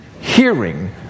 hearing